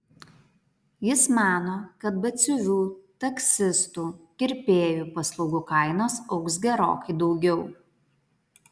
jis mano kad batsiuvių taksistų kirpėjų paslaugų kainos augs gerokai daugiau